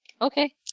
Okay